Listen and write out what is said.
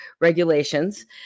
regulations